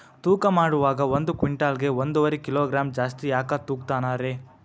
ತೂಕಮಾಡುವಾಗ ಒಂದು ಕ್ವಿಂಟಾಲ್ ಗೆ ಒಂದುವರಿ ಕಿಲೋಗ್ರಾಂ ಜಾಸ್ತಿ ಯಾಕ ತೂಗ್ತಾನ ರೇ?